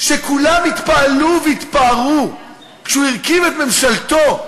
שכולם התפעלו והתפארו כשהוא הרכיב את ממשלתו.